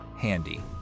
handy